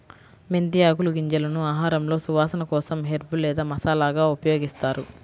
మెంతి ఆకులు, గింజలను ఆహారంలో సువాసన కోసం హెర్బ్ లేదా మసాలాగా ఉపయోగిస్తారు